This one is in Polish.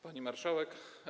Pani Marszałek!